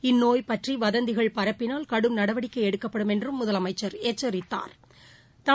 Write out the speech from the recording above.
இந்நோய் பற்றிவதந்திகள் பரப்பினால் கடும் நடவடிக்கைஎடுக்கப்படும் என்றும் முதலமைச்ச் எச்சரித்தாா்